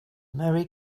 merry